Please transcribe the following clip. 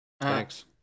Thanks